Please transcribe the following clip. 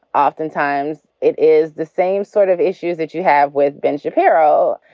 oftentimes it is the same sort of issues that you have with ben shapiro,